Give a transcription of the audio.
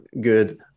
good